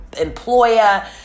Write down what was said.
employer